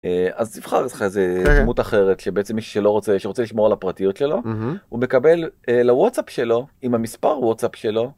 אז תבחר לך איזה דמות אחרת, שבעצם שלא רוצה... שרוצה לשמור על הפרטיות שלו, ומקבל לווטסאפ שלו, עם המספר ווטסאפ שלו,